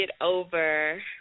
over